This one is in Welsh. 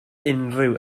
unrhyw